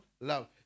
love